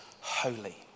holy